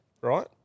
right